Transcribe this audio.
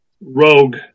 rogue